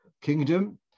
kingdom